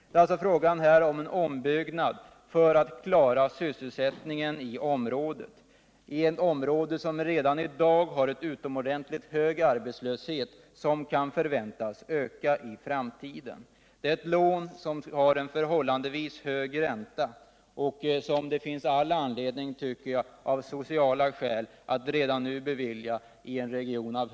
Det är alltså fråga om ombyggnad för att klara sysselsättningen i ett område som redan i dag har utomordentlig hög arbetslöshet, vilken kan förväntas öka i framtiden. Det är lån med förhållandevis hög ränta som det finns all anledning, tycker jag, att av sociala skäl bevilja redan nu.